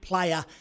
player